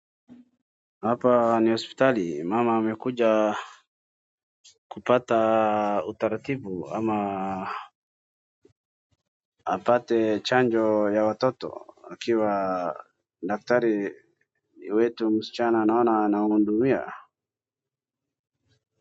Hapa ni hospitali, mama amekuja kupata utaratibu ama apate chanjo ya watoto akiwa daktari wetu msichana naona anawahudumia.